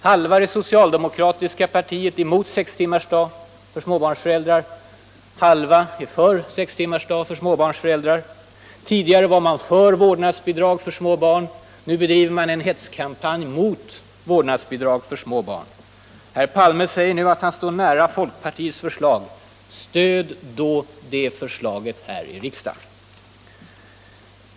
Halva det socialdemokratiska partiet är emot sextimmarsdag för småbarnsföräldrar. Halva partiet är för en sådan lösning. Tidigare var man positiv till vårdnadsbidrag för små barn. Nu bedriver man en hetskampanj mot sådana bidrag. Herr Palme säger nu att han står nära folkpartiets förslag. Stöd då vår motion här i riksdagen!